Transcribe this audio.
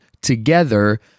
together